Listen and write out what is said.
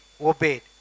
obeyed